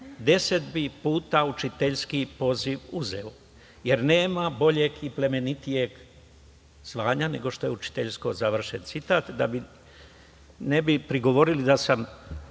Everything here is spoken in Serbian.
10 bi puta učiteljski poziv uzeo, jer nema boljeg ni plemenitijeg zvanja nego što je učiteljsko.“ Da